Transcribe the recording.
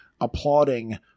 applauding